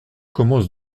commence